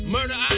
Murder